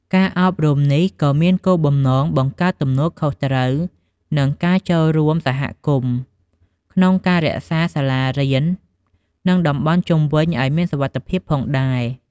ការអប់រំនេះក៏មានគោលបំណង បង្កើតទំនួលខុសត្រូវ និងការចូលរួមសហគមន៍ ក្នុងការរក្សាសាលារៀន និងតំបន់ជុំវិញឱ្យមានសុវត្ថិភាពផងដែរ។